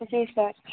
जी sir